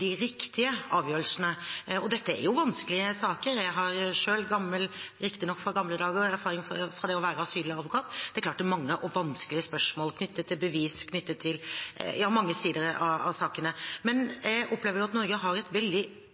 de riktige avgjørelsene. Dette er vanskelige saker. Jeg har selv – riktignok fra gamle dager – erfaring fra det å være asyladvokat. Det er klart at det er mange og vanskelige spørsmål knyttet til bevis og knyttet til mange sider av sakene. Men jeg opplever at Norge har et veldig